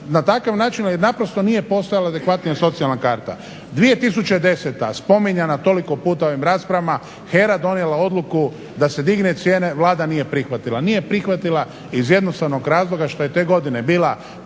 na takav način? Jer naprosto nije postojala adekvatnija socijalna karta. 2010. spominjana toliko puta u ovim raspravama HERA je donijela odluku da se digne cijene, Vlada nije prihvatila. Nije prihvatila iz jednostavnog razloga što je te godine bila